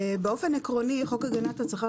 באופן עקרוני המטרה של חוק הגנת הצרכן